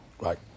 right